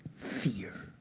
fear.